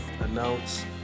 announce